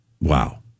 Wow